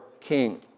king